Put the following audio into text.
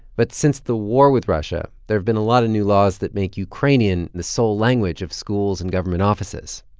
but since the war with russia, there have been a lot of new laws that make ukrainian the sole language of schools and government offices.